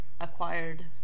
acquired